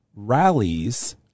rallies